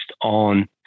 on